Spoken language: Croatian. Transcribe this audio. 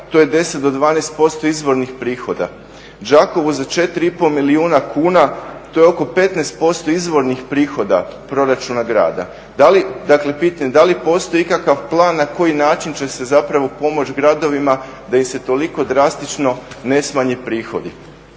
to je 10 do 12% izvornih prihoda. Đakovu za 4,5 milijuna kuna, to je oko 15% izvornih prihoda proračuna grada. Dakle, pitanje, da li postoji ikakav plan na koji način će se zapravo pomoći gradovima da im se toliko drastično ne smanje prihodi?